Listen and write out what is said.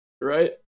right